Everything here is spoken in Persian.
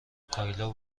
کایلا